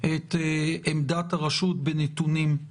את עמדת הרשות בנתונים,